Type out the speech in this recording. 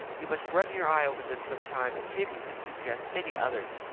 you must run your eye over them some time, and see if you can suggest any others.